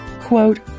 quote